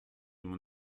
mon